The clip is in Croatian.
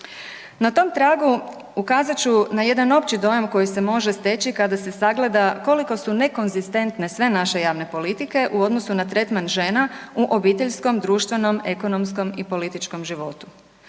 Na tom tragu ukazat ću na jedan opći dojam koji se može steći kada se sagleda koliko su nekonzistentne sve naše javne politike u odnosu na tretman žena u obiteljskom, društvenom, ekonomskom i političkom životu.